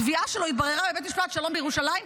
תביעה שלו התבררה בבית המשפט שלום בירושלים,